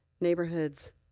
Neighborhoods